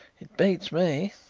it beats me.